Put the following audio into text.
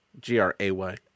G-R-A-Y